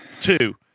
two